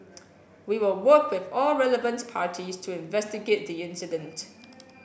we will work with all relevant parties to investigate the incident